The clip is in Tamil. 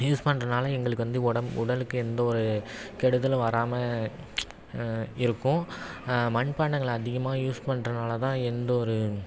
யூஸ் பண்ணுறதுனால எங்களுக்கு வந்து உடம்பு உடலுக்கு எந்த ஒரு கெடுதலும் வராமல் இருக்கும் மண்பாண்டங்கள் அதிகமாக யூஸ் பண்ணுறதுனாலதான் எந்த ஒரு